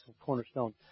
cornerstone